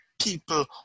people